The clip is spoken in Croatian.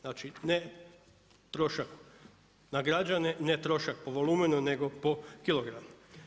Znači, ne trošak na građane, ne trošak po volumenu nego po kilogramu.